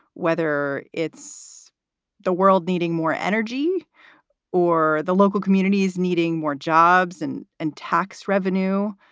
whether it's the world needing more energy or the local communities needing more jobs and and tax revenue.